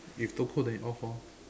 if too cold then you off orh